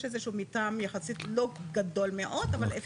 יש איזה שהוא מתאם יחסית לא גדול מאוד אבל,